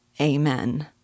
Amen